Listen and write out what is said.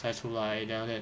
再出来 then after that